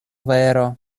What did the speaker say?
vero